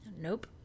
Nope